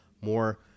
more